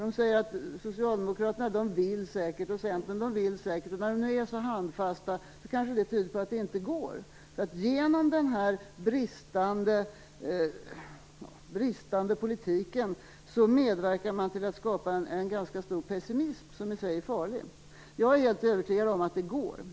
De säger: Socialdemokraterna vill säkert, och Centern vill säkert också, och när de nu är så handfasta kanske det tyder på att det inte går. Genom denna bristande politik medverkar man alltså till att skapa en ganska stor pessimism som i sig är farlig. Jag är helt övertygad om att det går.